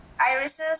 irises